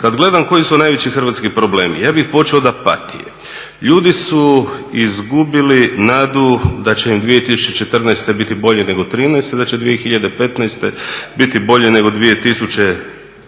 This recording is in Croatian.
Kad gledam koji su najveći hrvatski problemi. Ja bih počeo od apatije. Ljudi su izgubili nadu da će im 2014. biti bolje nego trinaeste, da će 2015. biti bolje nego 2014.